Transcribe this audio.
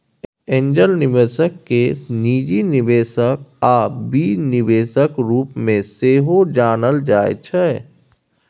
angel निबेशक केँ निजी निबेशक आ बीज निबेशक रुप मे सेहो जानल जाइ छै